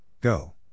Go